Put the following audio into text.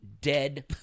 dead